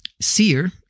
SEER